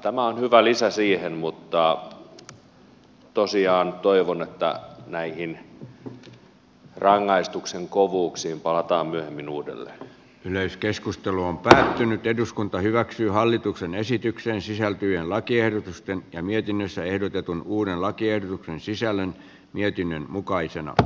tämä on hyvä lisä siihen mutta tosiaan toivon että näihin rangaistusten kovuuksiin palataan myöhemmin uudelle yleiskeskustelu on päättynyt eduskunta hyväksyy hallituksen esitykseen sisältyy lakiehdotusten ja mietinnössä ehdotetun uuden lakiehdotuksen sisällön mietinnön mukaisen nato